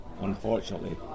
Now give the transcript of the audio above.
unfortunately